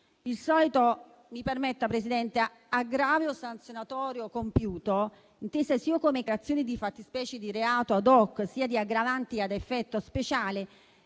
di dirlo, signora Presidente - aggravio sanzionatorio compiuto, inteso sia come creazione di fattispecie di reato *ad hoc,* sia di aggravanti ad effetto speciale,